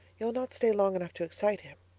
you'll not stay long enough to excite him